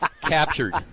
captured